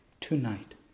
tonight